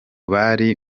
bari